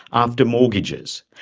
after mortgages.